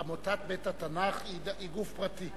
עמותת בית-התנ"ך היא גוף פרטי?